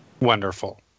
Wonderful